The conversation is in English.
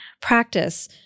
practice